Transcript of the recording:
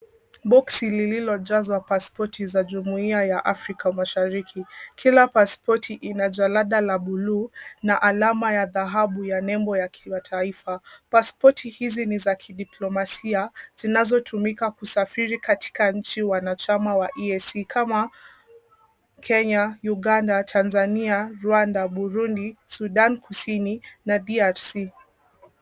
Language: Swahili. Boksi lililojazwa pasipoti za jumuiya ya Afrika Mashariki, kila pasipoti ina jalada la buluu na alama ya dhahabu ya nembo ya kiwataifa. Pasipoti hizi ni za kidiplomasia, zinazotumika kusafiri katika nchi wanachama wa EAC kama Kenya, Uganda, Tanzania, Rwanda, Burundi, Sudan Kusini, na DRC.